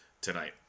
tonight